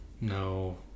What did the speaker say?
No